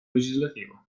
legislativo